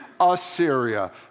Assyria